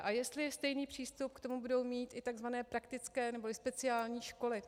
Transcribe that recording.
A jestli stejný přístup k tomu budou mít i tzv. praktické neboli speciální školy.